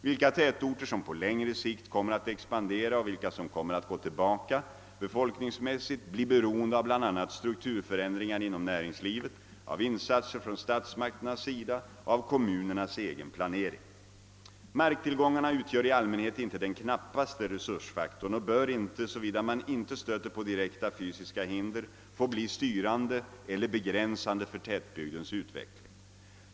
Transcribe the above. Vilka tätorter som på längre sikt kommer att expandera och vilka som kommer att gå tillbaka befolkningsmässigt blir beroende av bl.a. strukturförändringar inom näringslivet, av insatser från statsmakternas sida och av kommunernas egen planering. Marktillgångarna utgör i allmänhet inte den knappaste resursfaktorn och bör inte, såvida man inte stöter på direkta fysiska hinder, få bli styrande eller begränsande för tätbygdens utveckling.